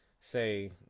say